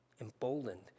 emboldened